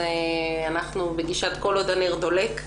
אז אנחנו בגישת כל עוד הנר דולק,